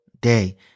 day